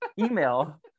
email